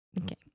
Okay